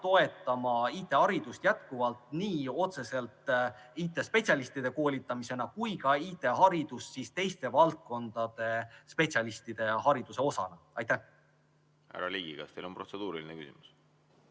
toetama IT‑haridust edaspidigi, nii otseselt IT‑spetsialistide koolitamisena kui ka IT‑haridust teiste valdkondade spetsialistide hariduse osana. Härra Ligi, kas teil on protseduuriline küsimus?